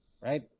right